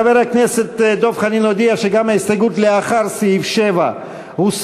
חבר הכנסת דב חנין הודיע שגם ההסתייגות לאחרי סעיף 7 הוסרה.